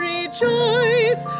Rejoice